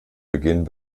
beginn